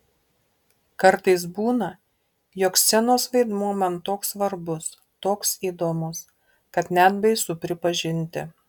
kartais būna jog scenos vaidmuo man toks svarbus toks įdomus kad net baisu pripažinti